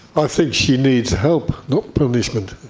i think she needs help, not punishment.